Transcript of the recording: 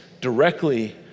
directly